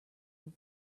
have